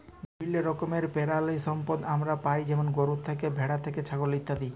বিভিল্য রকমের পেরালিসম্পদ আমরা পাই যেমল গরু থ্যাকে, ভেড়া থ্যাকে, ছাগল ইত্যাদি